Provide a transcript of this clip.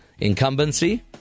incumbency